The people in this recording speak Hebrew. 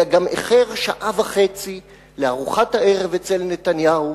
אלא גם איחר שעה וחצי לארוחת הערב אצל נתניהו,